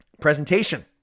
presentation